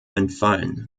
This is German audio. entfallen